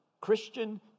Christian